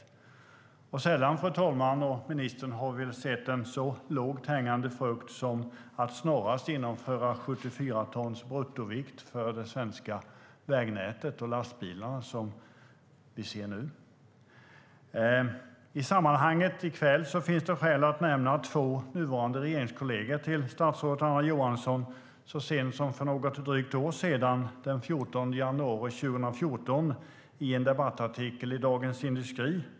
Vi har väl sällan, fru talman och ministern, sett en sådan så lågt hängande frukt som att snarast genomföra 74 tons bruttovikt för det svenska vägnätet och lastbilarna som vi ser nu.I kväll finns det i sammanhanget skäl att nämna två nuvarande regeringskolleger till statsrådet Anna Johansson. Så sent som för drygt ett år sedan, den 14 januari 2014, skriver de en debattartikel i Dagens Industri.